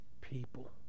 people